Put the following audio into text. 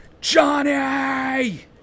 Johnny